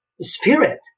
spirit